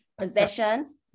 possessions